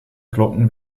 glocken